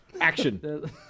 Action